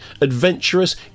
adventurous